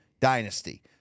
Dynasty